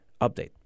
Update